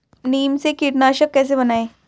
नीम से कीटनाशक कैसे बनाएं?